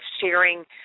sharing